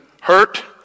hurt